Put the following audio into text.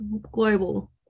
global